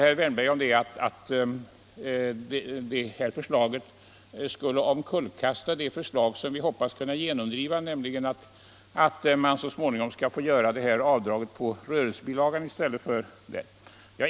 Herr Wärnberg säger vidare att det här förslaget skulle omkullkasta det förslag man hoppas kunna genomdriva, nämligen att detta avdrag i stället skall få göras på rörelsebilagan.